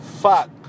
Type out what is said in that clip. Fuck